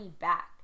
back